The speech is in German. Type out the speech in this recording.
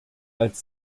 als